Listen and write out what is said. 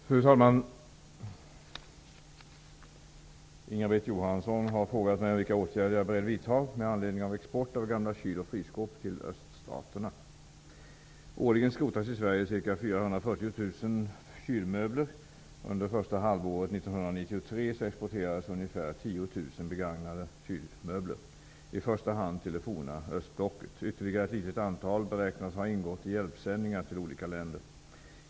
Fru talman! Inga-Britt Johansson har frågat mig vilka åtgärder jag är beredd att vidta med anledning av export av gamla kyl och frysskåp till öststaterna. 10 000 begagnade kylmöbler, i första hand till det forna östblocket. Ytterligare ett litet antal beräknas ha ingått i hjälpsändningar till olika länder.